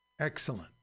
Excellent